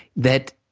that